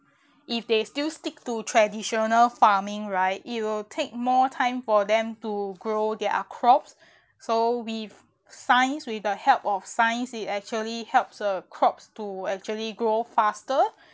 if they still stick to traditional farming right it will take more time for them to grow their crops so with science with the help of science it actually helps a crops to actually grow faster